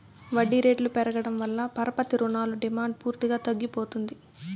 వడ్డీ రేట్లు పెరగడం వల్ల పరపతి రుణాల డిమాండ్ పూర్తిగా తగ్గిపోతుంది